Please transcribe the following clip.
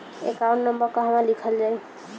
Account number कहवा लिखल जाइ?